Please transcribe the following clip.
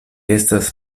estas